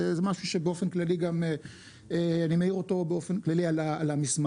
משהו שבאופן כללי גם אני מעיר אותו באופן כללי על המסמך.